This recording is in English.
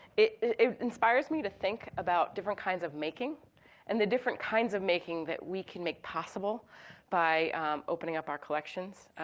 it it inspires me to think about different kinds of making and the different kinds of making that we can make possible by opening up our collections.